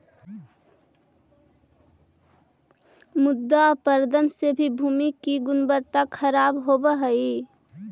मृदा अपरदन से भी भूमि की गुणवत्ता खराब होव हई